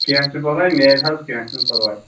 کیٚنٛہہ چھُنہٕ پرواے میلہِ حظ کیٚنٛہہ چھُنہٕ پرواے